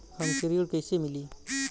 हमके ऋण कईसे मिली?